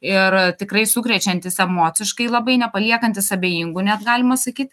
ir tikrai sukrečiantis emociškai labai nepaliekantis abejingų net galima sakyt